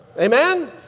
Amen